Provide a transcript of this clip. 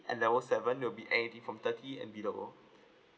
and level seven will be anything from thirty and below